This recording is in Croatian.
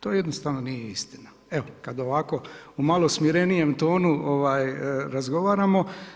To jednostavno nije istina. evo kada ovako u malo smirenijem tonu razgovaramo.